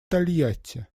тольятти